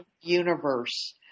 universe